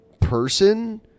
person